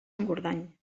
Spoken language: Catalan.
engordany